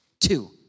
Two